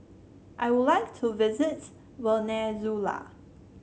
I would like to visit Venezuela